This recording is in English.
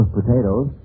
potatoes